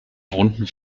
wohnten